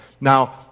Now